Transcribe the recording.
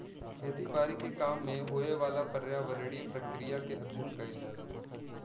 खेती बारी के काम में होए वाला पर्यावरणीय प्रक्रिया के अध्ययन कइल जाला